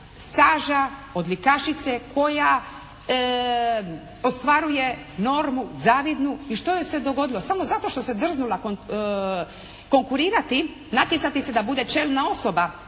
staža odlikašice koja ostvaruje normu zavidnu. I što joj se dogodilo, samo zato što se drznula konkurirati, natjecati se da bude čelna osoba